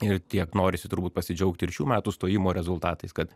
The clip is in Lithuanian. ir tiek norisi turbūt pasidžiaugti ir šių metų stojimo rezultatais kad